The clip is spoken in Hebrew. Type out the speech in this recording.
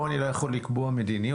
כאן אני לא יכול לקבוע מדיניות.